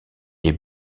est